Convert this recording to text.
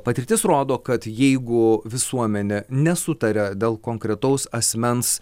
patirtis rodo kad jeigu visuomenė nesutaria dėl konkretaus asmens